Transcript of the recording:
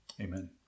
Amen